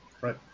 Right